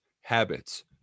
habits